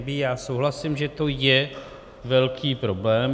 Já souhlasím, že to je velký problém.